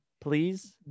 Please